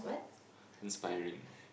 inspiring